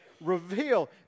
reveal